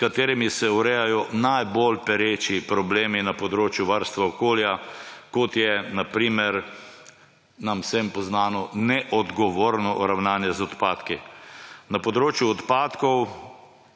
s katerimi se urejajo najbolj pereči problemi na področju varstva okolja, kot je na primer nam vsem poznano neodgovorno ravnanje z odpadki. Na področju odpadkov